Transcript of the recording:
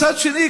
מצד שני,